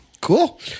Cool